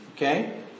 Okay